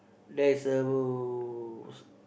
there's a